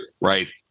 right